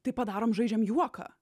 tai padarom žaidžiam juoką